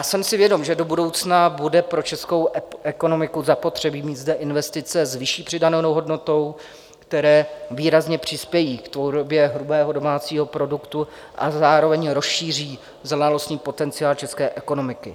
Jsem si vědom, že do budoucna bude pro českou ekonomiku zapotřebí mít zde investice s vyšší přidanou hodnotou, které výrazně přispějí k tvorbě hrubého domácího produktu a zároveň rozšíří znalostní potenciál české ekonomiky.